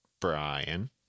Brian